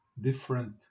different